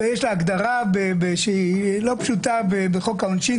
ויש לה הגדרה לא פשוטה בחוק העונשין,